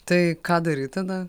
tai ką daryt tada